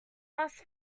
must